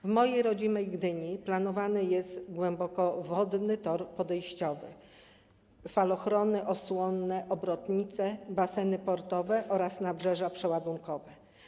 W mojej rodzimej Gdyni planowane są: głębokowodny tor podejściowy, falochrony osłonne, obrotnice, baseny portowe oraz nabrzeża przeładunkowe.